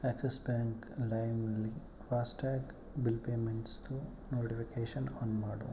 Axis bank ಲೈಮ್ಲಿ FASTag bill ಪೇಮೆಂಟ್ಸ್ದು notifications on ಮಾಡು